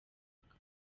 mwaka